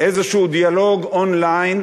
איזה דיאלוג און-ליין.